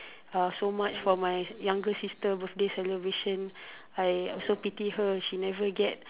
uh so much for my younger sister birthday celebration I I also pity her she never get